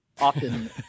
often